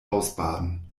ausbaden